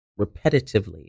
repetitively